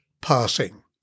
passing